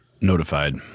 notified